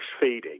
feeding